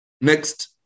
Next